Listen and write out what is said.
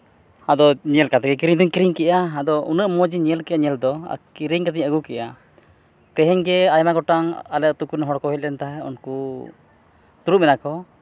ᱟᱫᱚ ᱧᱮᱞ ᱠᱟᱛᱮᱫ ᱜᱮ ᱠᱤᱨᱤᱧ ᱫᱚᱧ ᱠᱤᱨᱤᱧ ᱠᱮᱜᱼᱟ ᱟᱫᱚ ᱩᱱᱟᱹᱜ ᱢᱚᱡᱽ ᱤᱧ ᱧᱮᱞ ᱠᱮᱜᱼᱟ ᱧᱮᱞ ᱫᱚ ᱠᱤᱨᱤᱧ ᱠᱟᱛᱮᱫ ᱤᱧ ᱟᱹᱜᱩ ᱠᱮᱜᱼᱟ ᱛᱮᱦᱮᱧ ᱜᱮ ᱟᱭᱢᱟ ᱜᱚᱴᱟᱝ ᱟᱞᱮ ᱠᱚᱨᱮᱱ ᱦᱚᱲ ᱠᱚ ᱦᱮᱡ ᱛᱟᱦᱮᱸ ᱩᱱᱠᱩ ᱫᱩᱲᱩᱵ ᱮᱱᱟ ᱠᱚ